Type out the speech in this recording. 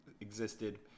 existed